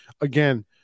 Again